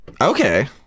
Okay